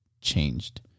changed